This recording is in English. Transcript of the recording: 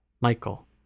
Michael